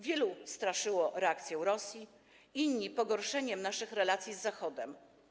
Wielu straszyło reakcją Rosji czy pogorszeniem się naszych relacji z Zachodem.